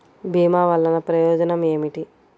భీమ వల్లన ప్రయోజనం ఏమిటి?